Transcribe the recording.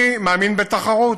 אני מאמין בתחרות,